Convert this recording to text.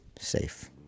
safe